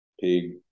pig